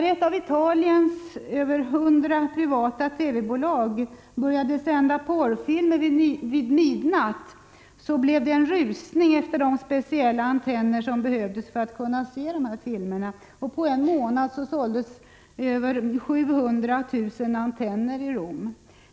När ett av Italiens över 100 privata TV-bolag började sända porrfilmer vid midnatt blev det rusning efter de speciella antenner som behövdes för att man skulle kunna se dessa filmer, och på en månad såldes över 700 000 antenner i Rom.